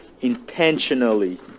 intentionally